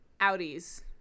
Audis